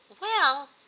Well